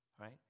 right